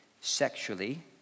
sexually